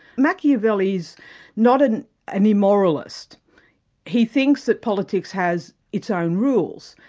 machiavelli's not an an immoralist he thinks that politics has its own rules,